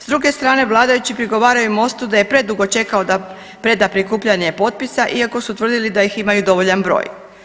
S druge strane vladajući prigovaraju MOST-u da je predugo čekao da preda prikupljanje potpisa iako su tvrdili da ih imaju dovoljan broj.